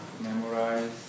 memorize